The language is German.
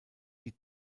die